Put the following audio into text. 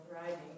thriving